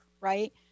right